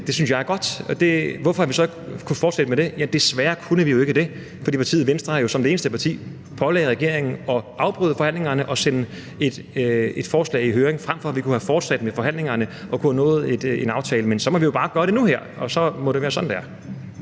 det, synes jeg er godt. Hvorfor kunne vi så ikke fortsætte med det? Det kunne vi jo desværre ikke, fordi partiet Venstre som det eneste parti pålagde regeringen at afbryde forhandlingerne og sende et forslag i høring – frem for at vi kunne have fortsat med forhandlingerne og nået frem til en aftale. Men så må vi jo bare gøre det nu. Så må det være sådan, det